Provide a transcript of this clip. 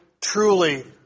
truly